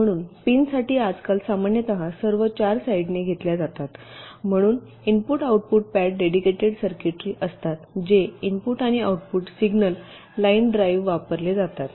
म्हणून पिनसाठी आजकाल सामान्यतः सर्व 4 साईडनी घेतल्या जातात म्हणून input output pad dedicated circuitry असतात जे इनपुट आणि आउटपुट सिग्नल लाइन ड्राईव्ह वापरले जातात